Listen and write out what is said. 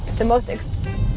the most. expensive.